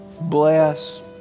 bless